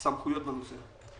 סמכויות בעניין הזה.